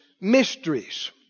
mysteries